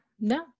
no